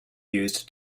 used